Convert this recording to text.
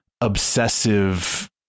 obsessive